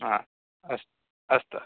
आ अस्तु अस्तु